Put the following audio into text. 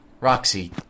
Roxy